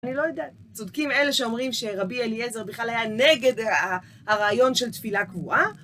אני לא יודעת, צודקים אלה שאומרים שרבי אליעזר בכלל היה נגד הרעיון של תפילה קבועה?